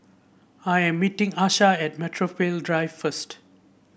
I'm meeting Asha at Metropole Drive first